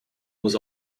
was